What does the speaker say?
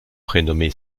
prénommé